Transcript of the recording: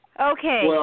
Okay